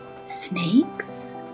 snakes